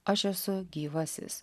aš esu gyvasis